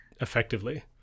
effectively